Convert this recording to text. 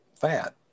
fat